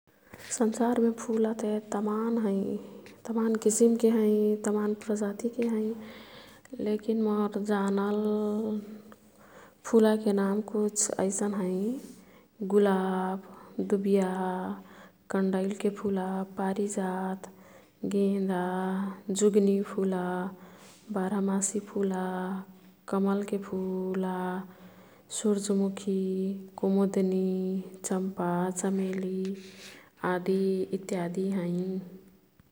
संसारमे फुलाते तमान हैं। तमान किसिमके हैं, तमान प्रजातिके हैं। लेकिन मोर् जानल फुलाके नाम कुछ ऐसन हैं। गुलाब, दुबिया, कन्दैलके फुला ,पारिजात, गेंदा, जुग्नीफुला, बाह्रमासीफुला, कमलके फुला, सुर्जमुखी ,कुमुद्नी, चम्पा, चमेली, आदि इत्यादी हैं।